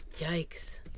Yikes